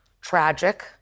tragic